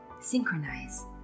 synchronize